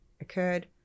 occurred